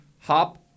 Hop